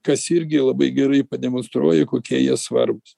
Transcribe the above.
kas irgi labai gerai pademonstruoja kokie jie svarbūs